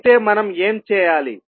అయితే మనం ఏం చేయాలి